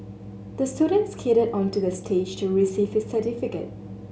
the student skated onto the stage to receive his certificate